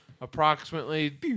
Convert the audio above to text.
approximately